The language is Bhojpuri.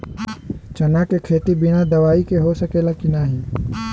चना के खेती बिना दवाई के हो सकेला की नाही?